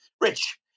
rich